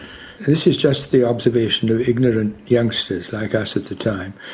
this is just the observation of ignorant youngsters like us at the time,